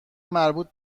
مربوط